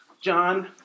John